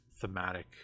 thematic